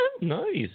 Nice